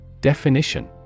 Definition